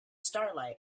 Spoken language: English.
starlight